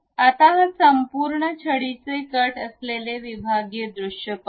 आता या संपूर्ण छडीचे कट केलेले विभागीय दृश्य पाहू